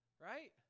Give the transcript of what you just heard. right